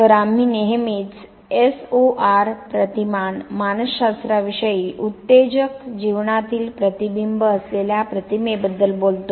तर आम्ही नेहमीच एसओआर प्रतिमान मानसशास्त्राविषयी उत्तेजक जीवनातील प्रतिबिंब असलेल्या प्रतिमेबद्दल बोलतो